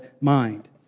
Mind